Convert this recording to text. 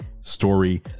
Story